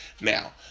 Now